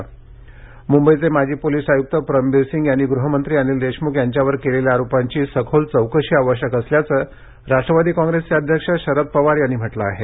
शरद पवार मुंबईचे माजी पोलिस आयुक्त परमबीर सिंग यांनी गृहमंत्री अनिल देशमुख यांच्यावर केलेल्या आरोपांची सखोल चौकशी आवश्यक असल्याचं राष्ट्रवादी काँप्रेसचे अध्यक्ष शरद पवार यांनी म्हटलं आहे